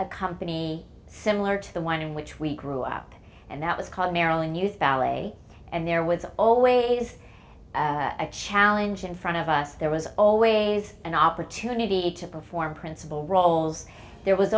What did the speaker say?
a company similar to the one in which we grew up and that was called marilyn hughes ballet and there was always a challenge in front of us there was always an opportunity to perform principal roles there was